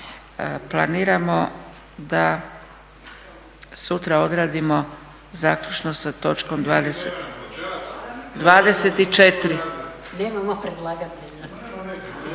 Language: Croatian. Planiramo da sutra odradimo zaključno sa točkom 24.